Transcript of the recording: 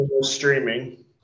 streaming